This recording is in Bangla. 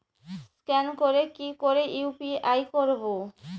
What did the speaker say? স্ক্যান করে কি করে ইউ.পি.আই করবো?